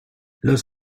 los